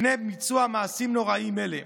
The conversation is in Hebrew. מפני ביצוע מעשים נוראיים אלה.